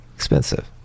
expensive